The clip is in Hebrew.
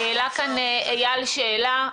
העלה כאן אייל שאלה,